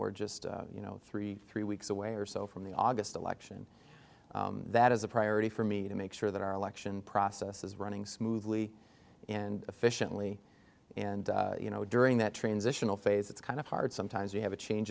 we're just you know three three weeks away or so from the august election that is a priority for me to make sure that our election process is running smoothly and efficiently and you know during that transitional phase it's kind of hard sometimes you have a change